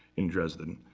in dresden.